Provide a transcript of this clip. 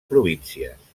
províncies